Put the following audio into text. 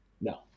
No